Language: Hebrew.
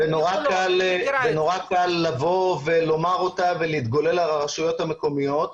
ונורא קל לומר אותה ולהתגולל על הרשויות המקומיות.